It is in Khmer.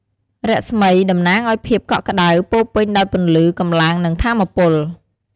រស្មី តំណាង ឱ្យភាពកក់ក្តៅ ពោពេញដោយពន្លឺ កម្លាំង និងថាមពល។